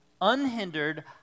Unhindered